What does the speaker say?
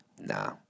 nah